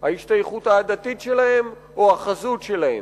ההשתייכות העדתית שלהם או החזות שלהם.